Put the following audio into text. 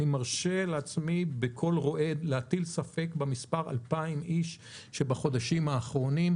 אני מרשה לעצמי בקול רועד להטיל ספק במשפט 2,000 איש שבחודשים האחרונים.